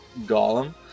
golem